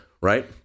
right